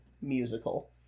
musical